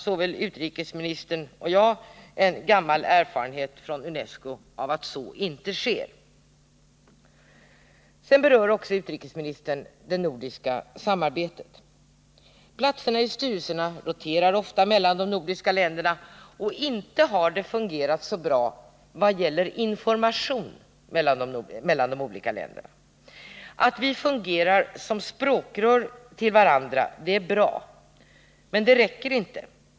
Såväl utrikesministern som jag har gammal erfarenhet från UNESCO av att så inte sker. Utrikesministern berör också det nordiska samarbetet. Platserna i styrelserna roterar ofta mellan de nordiska länderna, men det har inte alltid fungerat så bra i vad gäller informationen mellan de olika länderna. Att vi fungerar som språkrör till varandra är bra, men det räcker inte.